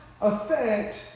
affect